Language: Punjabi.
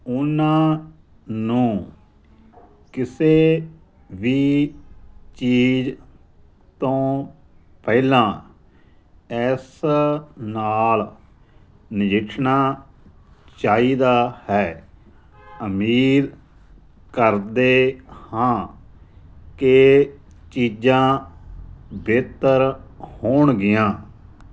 ਉਨ੍ਹਾਂ ਨੂੰ ਕਿਸੇ ਵੀ ਚੀਜ਼ ਤੋਂ ਪਹਿਲਾਂ ਇਸ ਨਾਲ ਨਜਿੱਠਣਾ ਚਾਹੀਦਾ ਹੈ ਉਮੀਦ ਕਰਦੇ ਹਾਂ ਕਿ ਚੀਜ਼ਾਂ ਬਿਹਤਰ ਹੋਣਗੀਆਂ